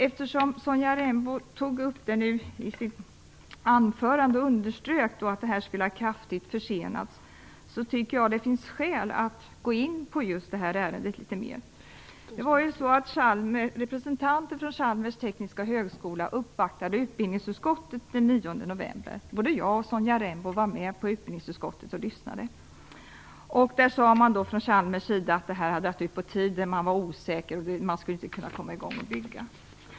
Eftersom Sonja Rembo i sitt anförande underströk att detta kraftigt skulle ha försenats tycker jag att det finns skäl att gå in på just det här ärendet litet mer. Representanter från Chalmers tekniska högskola uppvaktade utbildningsutskottet den 9 november. Både jag och Sonja Rembo var med på utbildningsutskottet och lyssnade. Där sade man från Chalmers sida att detta hade dragit ut på tiden. Man var osäker och trodde inte att man skulle kunna komma i gång att bygga.